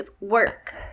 work